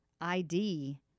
ID